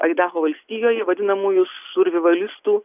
aidaho valstijoj vadinamųjų survivalistų